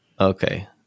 Okay